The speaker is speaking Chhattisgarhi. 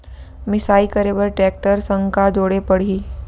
मिसाई करे बर टेकटर संग का जोड़े पड़ही?